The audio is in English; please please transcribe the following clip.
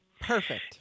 perfect